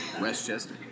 Westchester